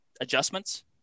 adjustments